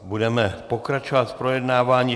Budeme pokračovat v projednávání.